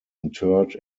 interred